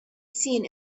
seen